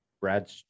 Brad